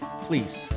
please